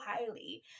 highly